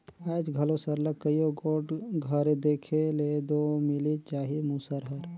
आएज घलो सरलग कइयो गोट घरे देखे ले दो मिलिच जाही मूसर हर